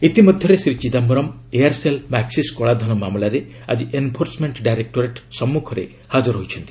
ଇତି ମଧ୍ୟରେ Shri Chidambaram Aircel Maxis କଳାଧନ ମାମଲାରେ ଆଜି ଏନ୍ଫୋର୍ସମେଣ୍ଟ ଡାଇରେକ୍ଟୋରେଟ୍ ସମ୍ମୁଖରେ ହାଜର ହୋଇଛନ୍ତି